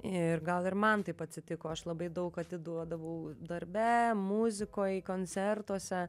ir gal ir man taip atsitiko aš labai daug atiduodavau darbe muzikoj koncertuose